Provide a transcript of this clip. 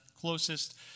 closest